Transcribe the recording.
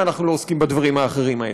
אנחנו לא עוסקים בדברים האחרים האלה.